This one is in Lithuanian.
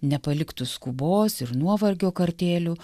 nepaliktų skubos ir nuovargio kartėlių